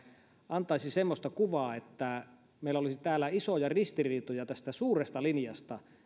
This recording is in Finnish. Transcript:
antaisi semmoista kuvaa että meillä olisi täällä isoja ristiriitoja tästä suuresta linjasta